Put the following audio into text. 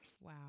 Wow